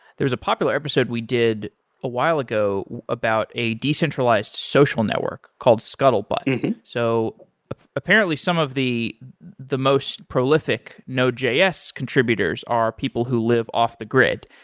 there is a popular episode we did a while ago about a decentralized social network called scuttlebot so ah apparently some of the the most prolific node js contributors are people who live off the grid,